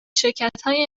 شرکتهای